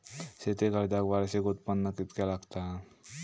शेती कर्जाक वार्षिक उत्पन्न कितक्या लागता?